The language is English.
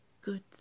Good